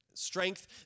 Strength